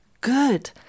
Good